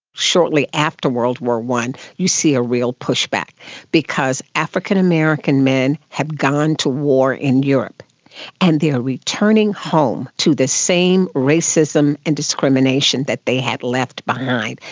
shortly after world war i you see a real push-back because african american men had gone to war in europe and they are returning home to the same racism and discrimination that they had left behind.